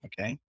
Okay